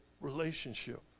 relationship